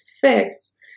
fix